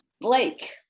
Blake